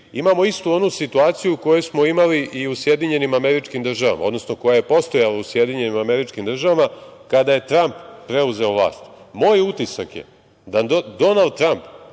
imamo istu onu situaciju koju smo imali i u SAD, odnosno koja je postojala u SAD kada je Tramp preuzeo vlast. Moj utisak je da Donald Tramp